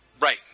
Right